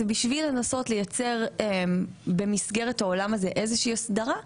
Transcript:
זה בשביל לנסות לייצר במסגרת העולם הזה איזושהי הסדרה,